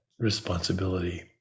Responsibility